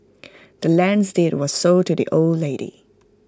the land's deed was sold to the old lady